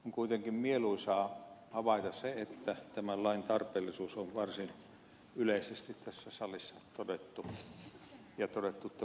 on kuitenkin mieluisaa havaita se että tämän lain tarpeellisuus on varsin yleisesti tässä salissa todettu ja todettu tämä hyväksi